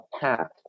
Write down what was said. path